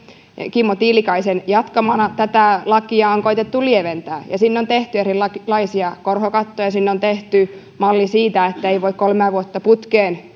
kimmo tiilikaisen jatkamana tätä lakia on koetettu lieventää ja sinne on tehty erilaisia korkokattoja sinne on tehty malli siitä että ei voi kolmea vuotta putkeen